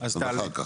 אז אחר כך.